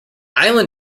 island